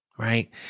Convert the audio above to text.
Right